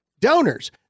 donors